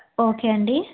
okay అండి